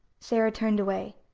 sara turned away.